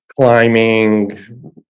climbing